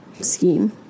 scheme